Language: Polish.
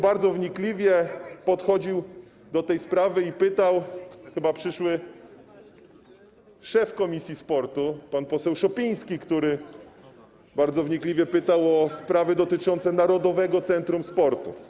Bardzo wnikliwie podchodził do tej sprawy chyba przyszły szef komisji sportu pan poseł Szopiński, który bardzo wnikliwie pytał o sprawy dotyczące Narodowego Centrum Sportu.